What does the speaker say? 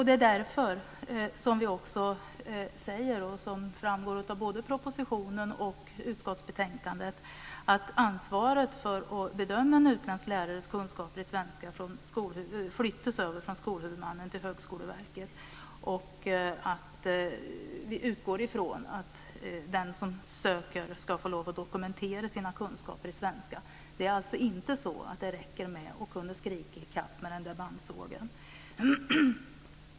Det är därför som vi också säger, som framgår både av propositionen och utskottsbetänkandet att ansvaret för att bedöma en utländsk lärares kunskaper i svenska flyttas över från skolhuvudmannen till Högskoleverket. Vi utgår från att den som söker ska få lov att dokumentera sina kunskaper i svenska. Det är alltså inte så att det räcker med att kunna skrika ikapp med bandsågen.